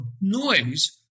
noise